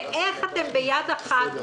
ואיך אתם ביד אחד,